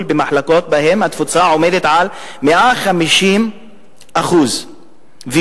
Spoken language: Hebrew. במחלקות שבהן התפוסה עומדת על 150% ויותר.